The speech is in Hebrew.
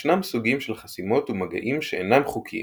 ישנם סוגים של חסימות ומגעים שאינם חוקיים